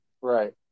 Right